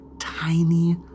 tiny